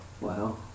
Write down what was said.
Wow